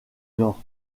nord